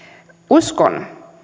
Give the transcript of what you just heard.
uskon